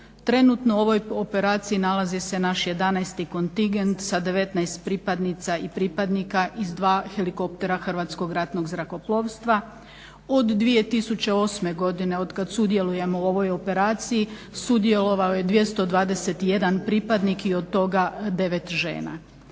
Trenutno u ovoj operaciji nalazi se naš 11. kontingent sa 19 pripadnica i pripadnika i s dva helikoptera Hrvatskog ratnog zrakoplovstva. Od 2008. godine od kad sudjelujemo u ovoj operaciji sudjelovao je 221 pripadnik i od toga 9 žena.